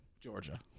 Georgia